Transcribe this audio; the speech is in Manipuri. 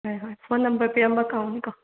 ꯍꯣꯏ ꯍꯣꯏ ꯐꯣꯟ ꯅꯝꯕꯔ ꯄꯤꯔꯝꯕ ꯀꯥꯎꯅꯤꯀꯣ